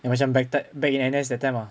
like macam back th~ back in N_S that time ah